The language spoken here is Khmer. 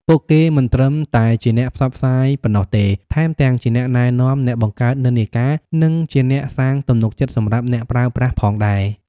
ពួកគេមិនត្រឹមតែជាអ្នកផ្សព្វផ្សាយប៉ុណ្ណោះទេ ថែមទាំងជាអ្នកណែនាំ អ្នកបង្កើតនិន្នាការ និងជាអ្នកសាងទំនុកចិត្តសម្រាប់អ្នកប្រើប្រាស់ផងដែរ។